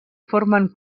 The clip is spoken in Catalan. formen